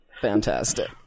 Fantastic